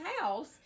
house